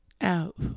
Out